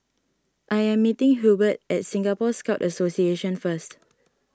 I am meeting Hubert at Singapore Scout Association first